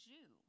Jew